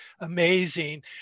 amazing